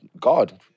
God